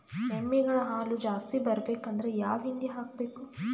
ಎಮ್ಮಿ ಗಳ ಹಾಲು ಜಾಸ್ತಿ ಬರಬೇಕಂದ್ರ ಯಾವ ಹಿಂಡಿ ಹಾಕಬೇಕು?